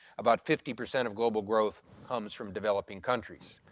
about fifty percent of global growth comes from developing countries.